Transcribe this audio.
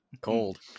Cold